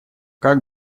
как